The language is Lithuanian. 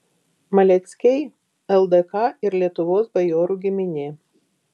maleckiai ldk ir lietuvos bajorų giminė